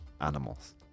Animals